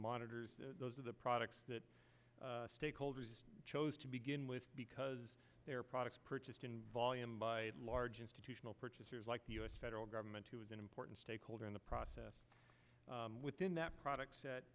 monitors those are the products that stakeholders chose to begin with because their products purchased in volume by large institutional purchasers like the u s federal government is an important stakeholder in the process within that product